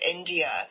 India –